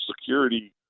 Security